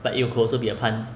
but it could also be a pun